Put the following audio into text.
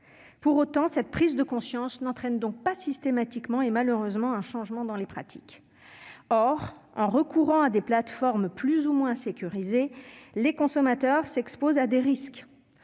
Pour autant, cette prise de conscience n'entraîne pas systématiquement de changement dans les pratiques. Or, en recourant à des plateformes plus ou moins sécurisées, les consommateurs s'exposent à des risques,